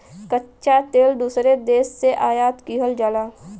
कच्चा तेल दूसरे देश से आयात किहल जाला